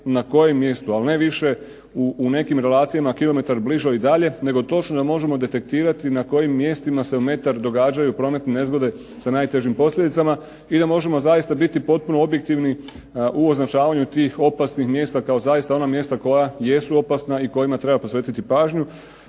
na kojem mjestu, ali ne više u nekim relacijama kilometar bliže ili dalje, nego da točno možemo detektirati na kojim mjestima u metar događaju prometne nezgode sa najtežim posljedicama i da zaista možemo biti potpuno objektivni u označavanju tih opasnih mjesta kao ona mjesta koja su opasna i kojima treba posvetiti pažnju.